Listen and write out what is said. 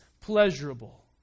pleasurable